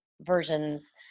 versions